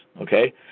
okay